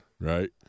Right